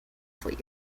for